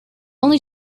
only